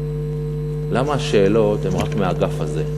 למה השאלות הן רק מהאגף הזה?